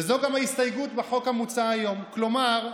וזו גם ההסתייגות בחוק המוצע היום, כלומר,